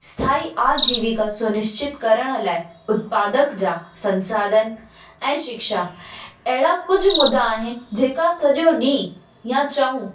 स्थाई आजीविका सुनिश्चित करण लाइ उत्पादक जा संसाधन ऐं शिक्षा अहिड़ा कुझु मुदा आहिनि जेका सॼो ॾींहुं या चऊं